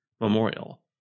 Memorial